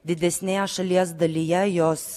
didesnėje šalies dalyje jos